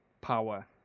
power